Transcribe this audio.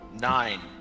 Nine